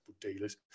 dealers